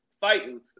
fighting